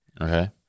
okay